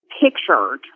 pictured